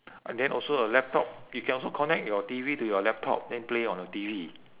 and then also your laptop you can also connect your T_V to your laptop then play on your T_V